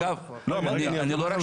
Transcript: דרך אגב, לא רק שאני